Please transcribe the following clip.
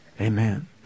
Amen